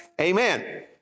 Amen